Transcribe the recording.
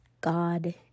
God